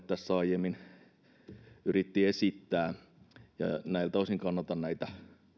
tässä aiemmin yritti esittää näiltä osin kannatan näitä